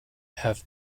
have